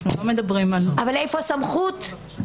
אבל איפה הסמכות?